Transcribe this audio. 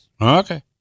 Okay